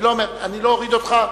אני לא אוריד אותך,